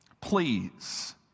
Please